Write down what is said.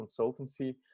consultancy